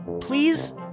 please